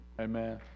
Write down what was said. Amen